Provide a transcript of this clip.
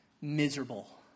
Miserable